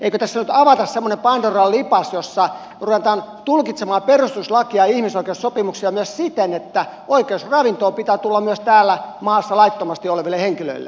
eikö tässä nyt avata semmoinen pandoran lipas jossa ruvetaan tulkitsemaan perustuslakia ja ihmisoikeussopimuksia myös siten että oikeuden ravintoon pitää tulla myös täällä maassa laittomasti oleville henkilöille